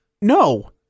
No